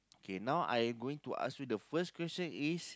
okay now I going to ask you the first question is